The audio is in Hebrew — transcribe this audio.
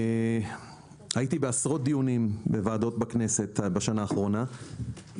הייתי בעשרות דיונים בוועדות בכנסת בשנה האחרונה,